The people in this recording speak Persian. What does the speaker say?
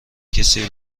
کسی